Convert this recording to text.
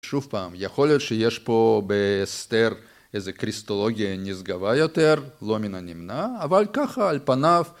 שוב פעם, יכול להיות שיש פה בהסתר איזה קריסטולוגיה נשגבה יותר, לא מן הנמנע, אבל ככה על פניו